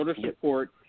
support